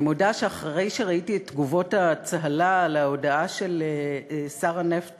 אני מודה שאחרי שראיתי את תגובות הצהלה על ההודעה של שר הנפט